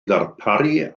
ddarparu